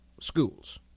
schools